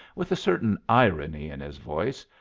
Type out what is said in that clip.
with a certain irony in his voice,